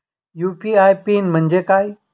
UPI PIN म्हणजे काय?